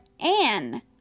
Anne